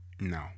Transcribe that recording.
No